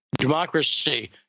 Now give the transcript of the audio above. democracy